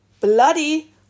bloody